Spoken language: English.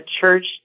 church